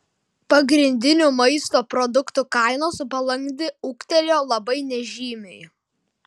pagrindinių maisto produktų kainos balandį ūgtelėjo labai nežymiai